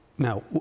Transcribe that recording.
Now